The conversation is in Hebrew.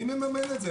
מי מממן את זה?